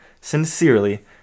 Sincerely